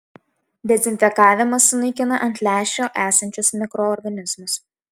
dezinfekavimas sunaikina ant lęšio esančius mikroorganizmus